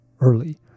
early